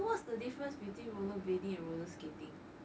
so what's the difference between rollerblading rollerskating